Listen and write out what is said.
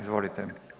Izvolite.